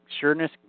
Sureness